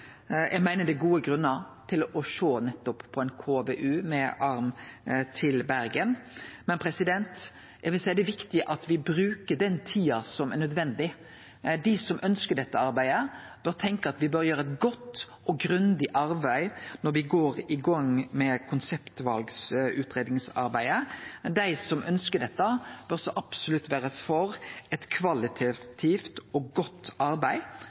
er gode grunnar til å sjå nettopp på ein KVU med arm til Bergen, men eg vil seie det er viktig at me bruker den tida som er nødvendig. Dei som ønskjer dette arbeidet, bør tenkje at me bør gjere eit godt og grundig arbeid når me går i gang med konseptvalutgreiingsarbeidet. Dei som ønskjer dette, bør så absolutt vere for eit kvalitativt og godt arbeid,